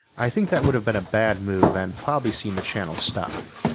i think that would have been a bad move and probably seen the channel stop.